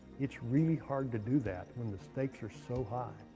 it's really hard to do that when the stakes are so high.